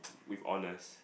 with honours